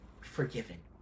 forgiven